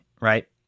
Right